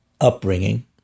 upbringing